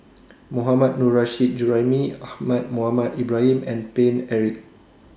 Mohammad Nurrasyid Juraimi Ahmad Mohamed Ibrahim and Paine Eric